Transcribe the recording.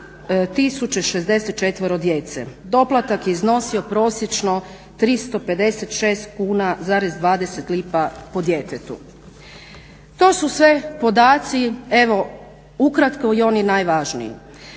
64 djece. Doplatak je iznosio prosječno 356,20 kuna po djetetu. To su sve podaci evo ukratko i oni najvažniji.